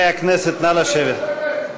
נכבד את זכרו